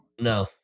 No